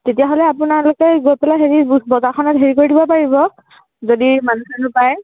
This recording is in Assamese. তেতিয়াহ'লে আপোনালোকে গৈ পেলাই হেৰি বজাৰখনত হেৰি কৰি থ'ব পাৰিব যদি মানুহ চানুহ পায়